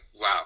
wow